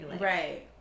right